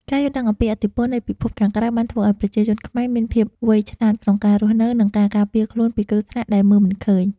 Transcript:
ការយល់ដឹងអំពីឥទ្ធិពលនៃពិភពខាងក្រៅបានធ្វើឱ្យប្រជាជនខ្មែរមានភាពវៃឆ្លាតក្នុងការរស់នៅ និងការការពារខ្លួនពីគ្រោះថ្នាក់ដែលមើលមិនឃើញ។